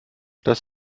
das